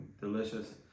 delicious